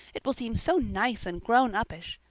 it will seem so nice and grown-uppish.